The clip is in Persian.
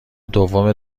دوم